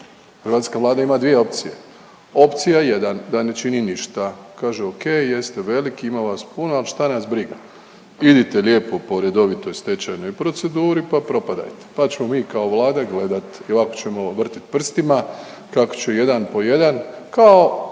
Hrvatska Vlada ima dvije opcije. Opcija 1, da ne čini ništa. Kaže ok, jeste veliki ima vas puno ali šta nas briga. Idite lijepo po redovitoj stečajnoj proceduri pa propadajte pa ćemo mi kao Vlada gledat. I ovako ćemo vrtit prstima kako će jedan po jedan kao